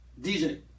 DJ